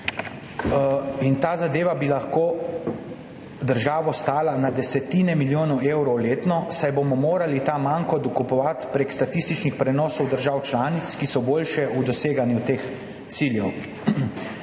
in ta zadeva bi lahko državo stala na desetine milijonov evrov letno, saj bomo morali ta manko dokupovati prek statističnih prenosov držav članic, ki so boljše v doseganju teh ciljev.